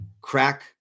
crack